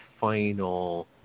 final